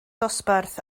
dosbarth